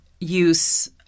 use